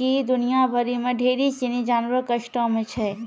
कि दुनिया भरि मे ढेरी सिनी जानवर कष्टो मे छै